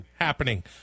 happening